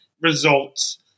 results